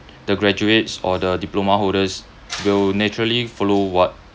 the graduates or the diploma holders will naturally follow what